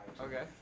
Okay